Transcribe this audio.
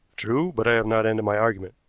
true, but i have not ended my argument,